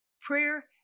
prayer